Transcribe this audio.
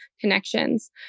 connections